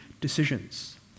decisions